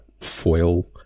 foil